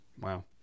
Wow